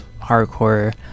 hardcore